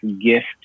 gift